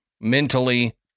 mentally